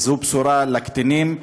זו בשורה לקטינים,